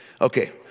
Okay